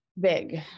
Big